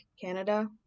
Canada